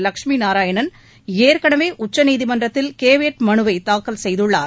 லட்சுமி நாராயணன் ஏற்கனவே உச்சநீதிமன்றத்தில் கேவியேட் மனுவை தாக்கல் செய்துள்ளார்